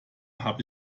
habe